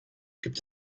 gibt